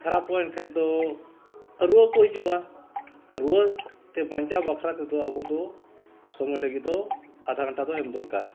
ᱠᱷᱟᱨᱟᱵᱚᱜᱼᱟ ᱮᱱᱠᱷᱟᱱ ᱫᱚ ᱨᱩᱣᱟᱹ ᱠᱚ ᱦᱤᱡᱩᱜᱼᱟ ᱨᱩᱣᱟᱹ ᱛᱮ ᱵᱟᱧᱪᱟᱣ ᱵᱟᱠᱷᱨᱟ ᱛᱮᱫᱚ ᱟᱵᱚ ᱫᱚ ᱥᱚᱢᱚᱭ ᱞᱟᱹᱜᱤᱫ ᱫᱚ ᱟᱫᱷᱟ ᱜᱷᱟᱱᱴᱟ ᱫᱚ ᱮᱢ ᱫᱚᱨᱠᱟᱨ